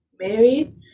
married